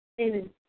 Amen